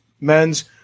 men's